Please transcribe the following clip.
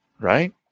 Right